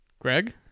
Greg